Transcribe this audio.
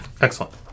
Excellent